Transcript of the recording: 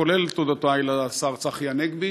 כולל תודותי לשר צחי הנגבי,